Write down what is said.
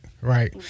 right